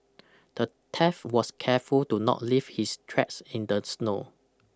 the thief was careful to not leave his tracks in the snow